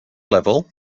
level